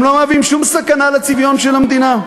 הם לא מהווים שום סכנה לצביון של המדינה.